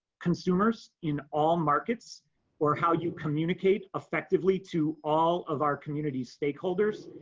consumers in all markets or how you communicate effectively to all of our community stakeholders.